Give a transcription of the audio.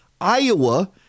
Iowa